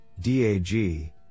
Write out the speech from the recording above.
DAG